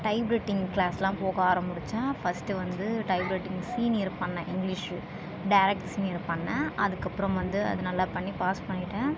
type writing க்ளாஸ்லாம் போக ஆரமுடிச்சேன் ஃபஸ்ட்டு வந்து டைப் ரைட்டிங் சீனியர் பண்ணேன் இங்கிலீஷு டேரெக்ட் சீனியர் பண்ணேன் அதுக்கு அப்புறம் வந்து அது நல்லா பண்ணி பாஸ் பண்ணிட்டேன்